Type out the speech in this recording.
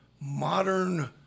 modern